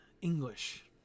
English